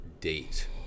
date